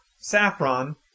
Saffron